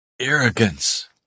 Arrogance